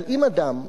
אבל אם אדם,